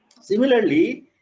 Similarly